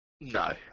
No